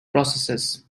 processes